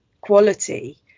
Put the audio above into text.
quality